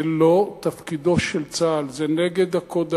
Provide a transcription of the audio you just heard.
זה לא תפקידו של צה"ל, זה נגד הקוד האתי,